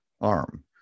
arm